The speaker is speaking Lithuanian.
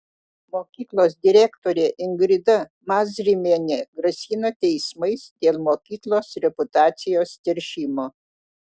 mokyklos direktorė ingrida mazrimienė grasina teismais dėl mokyklos reputacijos teršimo